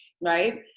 right